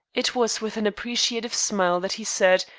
it was with an appreciative smile that he said,